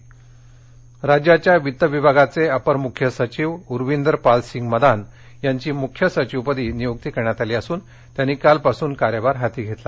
नियुक्ती राज्याच्या वित्त विभागाचे अपर मुख्य सचिव उरविंदर पाल सिंग मदान यांची मुख्य सचिवपदी नियुक्ती करण्यात आली असून त्यांनी कालपासून कार्यभार हाती घेतला